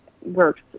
works